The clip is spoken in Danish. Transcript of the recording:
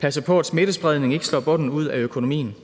passe på, at smittespredningen ikke slår bunden ud af økonomien